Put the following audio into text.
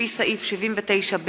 לפי סעיף 79(ב)